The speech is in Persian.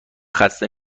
خسته